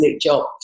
job